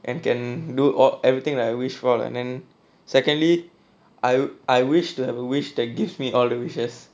and can do all everything that I wish for and then secondly I I wish to have a wish that gives me all the wishes